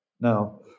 now